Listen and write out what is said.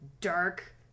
dark